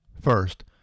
First